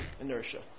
inertia